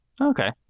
Okay